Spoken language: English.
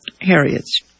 Harriet's